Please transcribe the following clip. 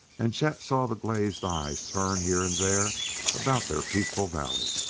and chet saw the glazed eyes turn here and there about their peaceful valley.